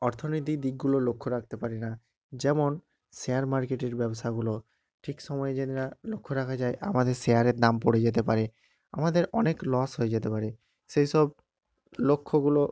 অর্থনীতির দিকগুলো লক্ষ্য রাখতে পারি না যেমন শেয়ার মার্কেটের ব্যবসাগুলো ঠিক সময় জেনে রা লক্ষ্য রাখা যায় আমাদের শেয়ারের দাম পড়ে যেতে পারে আমাদের অনেক লস হয়ে যেতে পারে সেই সব লক্ষ্যগুলো